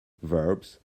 verbs